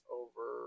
over